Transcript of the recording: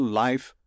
life